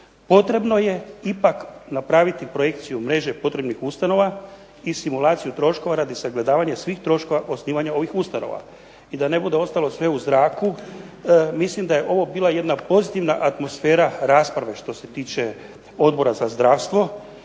Potrebno je ipak napraviti projekciju mreže potrebnih ustanova i simulaciju troškova radi sagledavanja svih troškova osnivanja ovih ustanova. I da ne bude ostalo sve u zraku mislim da je ovo bila jedna pozitivna atmosfera rasprave što se tiče Odbora za zdravstvo